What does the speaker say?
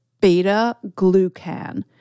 beta-glucan